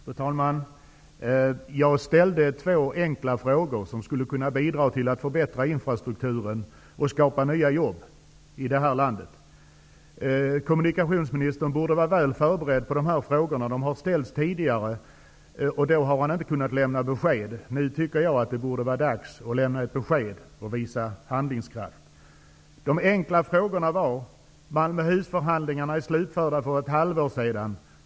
Fru talman! Jag ställde två enkla frågor omprojekt som skulle kunna bidra till att förbättra infrastrukturen och skapa nya jobb här i landet. Kommunikationsministern borde vara väl förberedd på dessa frågor. De har ställts tidigare, men då har han inte kunnat lämna besked. Jag tycker att det nu borde vara dags att lämna besked och visa handlingskraft. De enkla frågorna var följande. Malmöhusförhandlingarna är slutförda sedan ett halvår tillbaka.